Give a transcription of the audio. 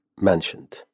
mentioned